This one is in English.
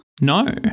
No